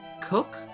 cook